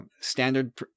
standard